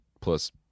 plus